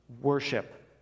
worship